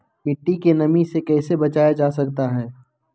मट्टी के नमी से कैसे बचाया जाता हैं?